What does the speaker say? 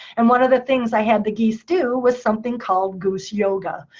and one of the things i had the geese do was something called goose yoga.